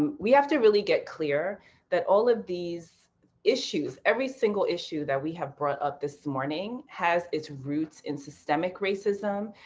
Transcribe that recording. um we have to really get clear that all of these issues, every single issue that we have brought up this morning has its roots in systemic racism,